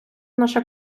наша